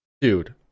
Dude